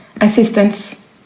assistance